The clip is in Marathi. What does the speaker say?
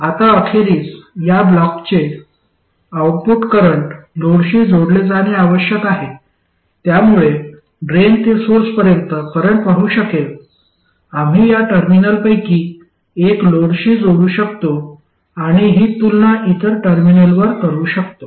आता अखेरीस या ब्लॉकचे आऊटपुट करंट लोडशी जोडले जाणे आवश्यक आहे त्यामुळे ड्रेन ते सोर्सपर्यंत करंट वाहू शकेल आम्ही या टर्मिनलपैकी एक लोडशी जोडू शकतो आणि ही तुलना इतर टर्मिनलवर करू शकतो